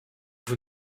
vous